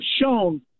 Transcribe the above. shown